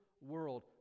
world